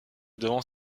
devant